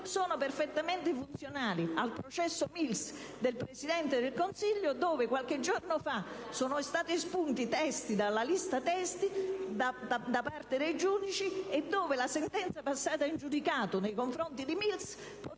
siano perfettamente funzionali al processo Mills, nel quale è coinvolto il Presidente del Consiglio, da cui qualche giorno fa sono stati espunti testi dalla lista testi da parte dei giudici, e dove la sentenza passata in giudicato nei confronti di Mills